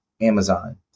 Amazon